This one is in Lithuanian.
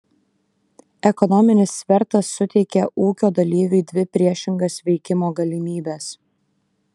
ekonominis svertas suteikia ūkio dalyviui dvi priešingas veikimo galimybes